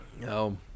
No